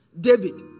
David